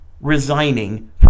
resigning